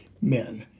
men